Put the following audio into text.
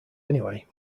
anyway